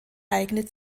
eignet